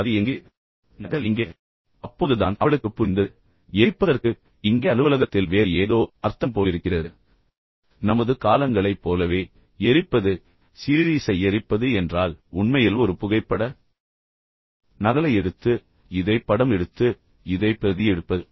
பிறகு அது எங்கே நகல் எங்கே இப்போது அப்போது தான் அவளுக்கு புரிந்தது எரிப்பதற்கு இங்கே அலுவலகத்தில் வேறு ஏதோ அர்த்தம் போலிருக்கிறது நமது காலங்களை போலவே எரிப்பது சீரீஸை எரிப்பது என்றால் உண்மையில் ஒரு புகைப்பட நகலை எடுத்து இதைப் படம் எடுத்து இதைப் பிரதி எடுப்பது